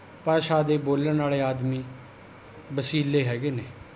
ਭਾਸ਼ਾ ਦੇ ਬੋਲਣ ਵਾਲੇ ਆਦਮੀ ਵਸੀਲੇ ਹੈਗੇ ਨੇ